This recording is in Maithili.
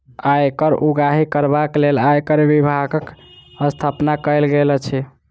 आयकर उगाही करबाक लेल आयकर विभागक स्थापना कयल गेल अछि